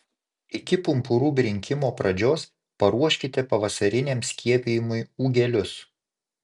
iki pumpurų brinkimo pradžios paruoškite pavasariniam skiepijimui ūgelius